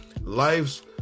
Life's